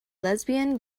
lesbian